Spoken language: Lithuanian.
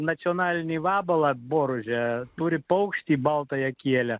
nacionalinį vabalą boružę turi paukštį baltąją kielę